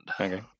Okay